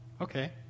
okay